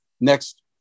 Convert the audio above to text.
next